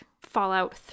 Fallout